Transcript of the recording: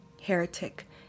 heretic